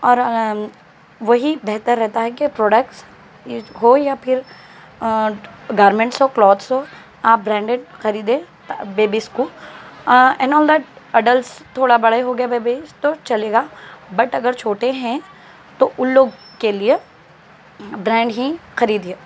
اور وہی بہتر رہتا ہے کہ پروڈکٹس ہو یا پھر گارمینٹس ہو کلاتھس ہو آپ برینڈیڈ خریدے بیبیز کو این آل دیٹ اڈلس تھوڑا بڑے ہو گیا بیبی تو چلے گا بٹ اگر چھوٹے ہیں تو ان لوگ کے لیے برینڈ ہی خریدیے